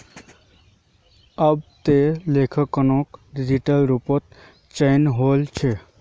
अब त लेखांकनो डिजिटल रूपत चनइ वल छ